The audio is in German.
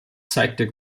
zeigte